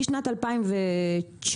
משנת 2019,